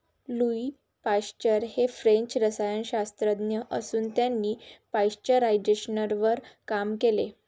Louis Pasteur हे French रसायनशास्त्रज्ञ असून त्यांनी पाश्चरायझेशनवर काम केले